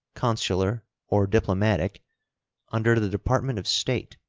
consular, or diplomatic under the department of state,